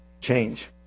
change